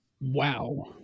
Wow